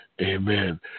Amen